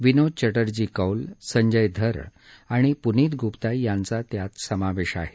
विनोद चव्वर्जी कौल संजय धर आणि प्नीत ग्प्ता यांचा त्यात समावेश आहे